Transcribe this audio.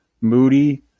Moody